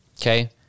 Okay